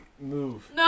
move